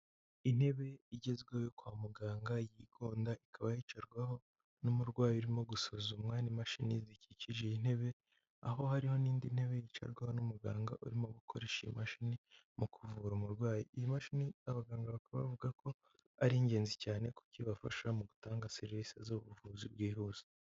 Intebe igezweho yo kwa muganga, yigonda ikaba yicarwaho n'umurwayi irimo gusuzumwa n'imashini zikikije iyi ntebe, aho hariho n'indi ntebe yicarwaho n'umuganga urimo gukoresha iyimashini mu kuvura umurwayi. Iyi mashini abaganga bakaba bavuga ko ari ingenzi cyane kuko ibafasha mu gutanga serivisi z'ubuvuzi bwihuse.